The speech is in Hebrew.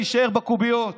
להישאר בקוביות.